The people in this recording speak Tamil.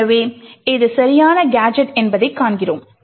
எனவே இது சரியான கேஜெட் என்பதைக் காண்கிறோம்